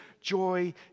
joy